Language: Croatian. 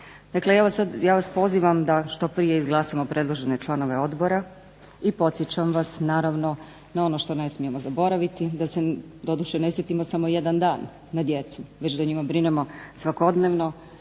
Dakle, ja vas pozivam da što prije izglasamo predložene članove odbora i podsjećam vas naravno na ono što ne smijemo zaboraviti da se doduše ne sjetimo samo jedan dan na djecu već da o njima brinemo svakodnevno.